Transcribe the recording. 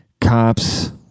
Cops